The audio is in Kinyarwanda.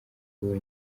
abonye